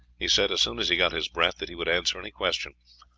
he said, as soon as he got his breath, that he would answer any question.